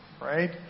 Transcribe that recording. right